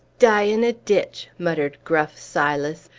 die in a ditch! muttered gruff silas,